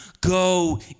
go